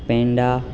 peda